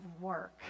work